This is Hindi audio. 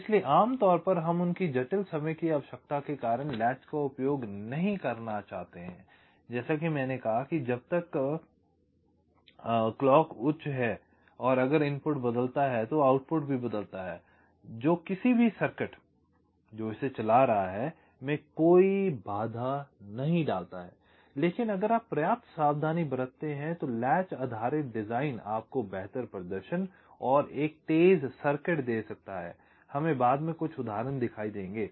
इसलिए आम तौर पर हम उनकी जटिल समय की आवश्यकता के कारण लैच का उपयोग नहीं करना चाहते हैं जैसा कि मैंने कहा कि जब तक यह उच्च है अगर इनपुट बदलता है तो आउटपुट भी बदलता है जो किसी भी सर्किट जो इसे चला रहा है में कोई बाधा नहीं डालता है लेकिन अगर आप पर्याप्त सावधानी बरतते हैं तो लैच आधारित डिजाइन आपको बेहतर प्रदर्शन तेज सर्किट दे सकता है हमें बाद में कुछ उदाहरण दिखाई देंगे